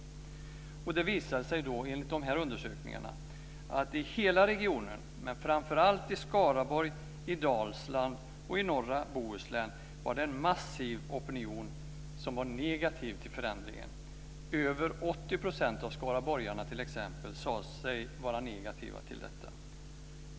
Det visade sig då enligt undersökningarna att i hela regionen, men framför allt i Skaraborg, Dalsland och norra Bohuslän, var en massiv opinion negativ till förändringen. Över 80 % av skaraborgarna sade sig vara negativa till detta.